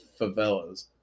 favelas